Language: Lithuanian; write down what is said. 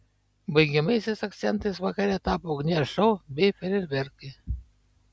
baigiamaisiais akcentais vakare tapo ugnies šou bei fejerverkai